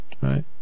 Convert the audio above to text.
Right